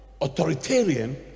authoritarian